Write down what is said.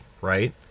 right